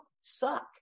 suck